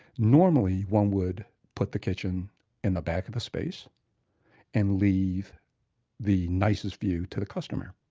normally, one would put the kitchen in the back of the space and leave the nicest view to the customer.